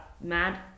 mad